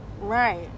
Right